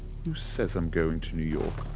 who says i'm going to new york?